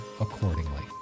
accordingly